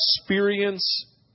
experience